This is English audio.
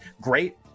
Great